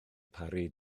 parry